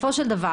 בסופו של דבר,